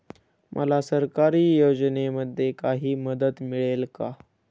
मला सरकारी योजनेमध्ये काही मदत मिळेल का?